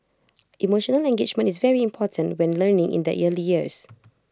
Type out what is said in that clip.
emotional engagement is very important when learning in the early years